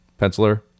penciler